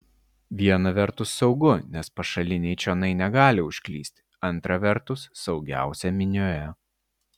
viena vertus saugu nes pašaliniai čionai negali užklysti antra vertus saugiausia minioje